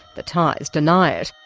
the thais deny it.